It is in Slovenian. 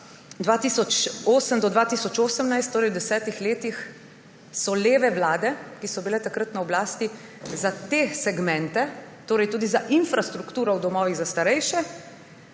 2008 do leta 2018, torej v desetih letih leve vlade, ki so bile takrat na oblasti, za te segmente, torej tudi za infrastrukturo v domovih za starejše